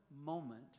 moment